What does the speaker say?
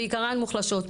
בעיקרן מוחלשות.